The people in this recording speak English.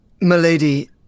Milady